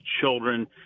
children